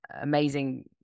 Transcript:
amazing